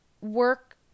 work